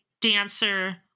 dancer